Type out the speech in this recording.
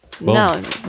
No